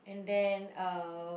and then uh